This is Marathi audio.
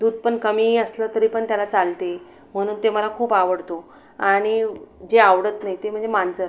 दूध पण कमी असलं तरी पण त्याला चालते म्हणून तो मला खूप आवडतो आणि जे आवडत नाही ते म्हणजे मांजर